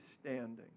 standing